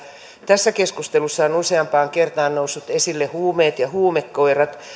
tässä keskustelussa ovat useampaan kertaan nousseet esille huumeet ja huumekoirat